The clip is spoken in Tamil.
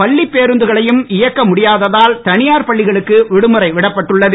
பள்ளிப் பேருந்துகளையும் இயக்க முடியாததால் தனியார் பள்ளிகளுக்கு விடுமுறை விடப்பட்டுள்ளது